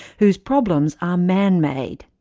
whose problems are man-made.